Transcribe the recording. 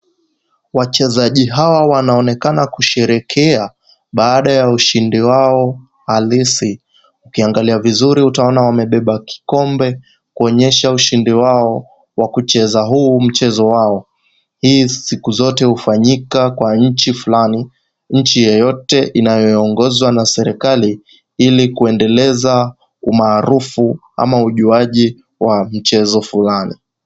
Wachezaji hawa wanaonekana kusheherekea baada ya ushindi wao halisi. Ukiangalia vizuri utaona wamebeba kikombe kuonyesha ushindi wao wa kucheza huu mchezo wao. Hii siku zote hufanyika kwa nchi fulani, nchi yoyote inayoongozwa na serikali ili kuendeleza umarufu ama ujuaji wa mchezo fulani.